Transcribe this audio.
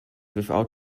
without